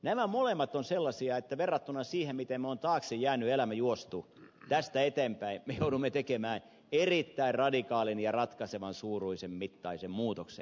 nämä molemmat ovat sellaisia että verrattuna siihen miten me olemme taakse jääneen elämämme juosseet tästä eteenpäin me joudumme tekemään erittäin radikaalin ja ratkaisevan suuruisen muutoksen